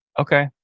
Okay